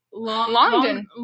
London